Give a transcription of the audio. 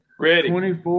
Ready